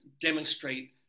demonstrate